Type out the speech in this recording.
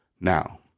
Now